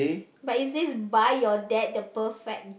but it says buy your dad the perfect